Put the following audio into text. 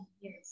yes